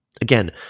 Again